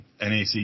NAC